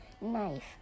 knife